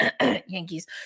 Yankees